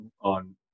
on